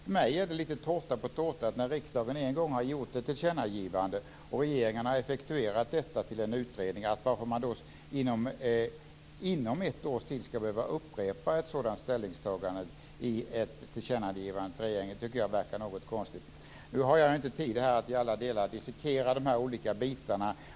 För mig är det tårta på tårta att när riksdagen en gång har gjort ett tillkännagivande, och regeringen har effektuerat detta till en utredning, att inom ett års tid behöva upprepa ett sådant ställningstagande. Det är konstigt. Nu har jag inte tid här att i alla delar dissekera de olika bitarna.